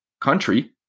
country